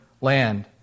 land